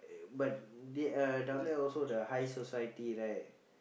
but there are down there also the high society right